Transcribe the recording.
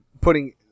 putting